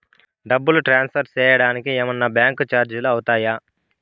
డబ్బును ట్రాన్స్ఫర్ సేయడానికి ఏమన్నా బ్యాంకు చార్జీలు అవుతాయా?